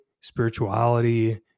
spirituality